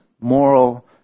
moral